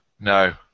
No